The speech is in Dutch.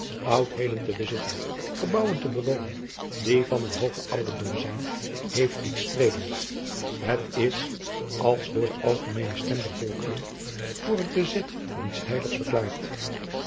udheden te bezitten gebouwen te bewonen die van een hoogen ouderdom zijn heeft iets streelends et is als door de algemeene stem der volkeren voor het bezit van iets heiligs verklaard